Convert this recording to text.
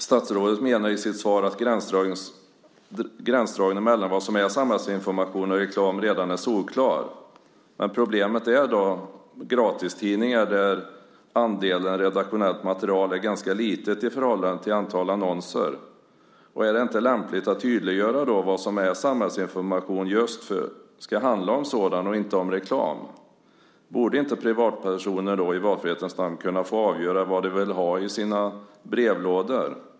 Statsrådet menar i sitt svar att gränsdragningen mellan vad som är samhällsinformation och vad som är reklam redan är solklar. Men problemet är gratistidningarna, där andelen redaktionellt material är ganska liten i förhållande till antalet annonser. Är det inte lämpligt att tydliggöra vad som är samhällsinformation? Den ska handla just om sådan och inte om reklam. Borde inte privatpersoner i valfrihetens namn kunna få avgöra vad de vill ha i sina brevlådor?